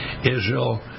Israel